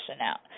out